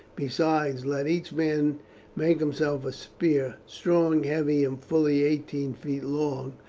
besides, let each man make himself a spear, strong, heavy, and fully eighteen feet long,